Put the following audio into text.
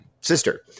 sister